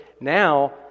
Now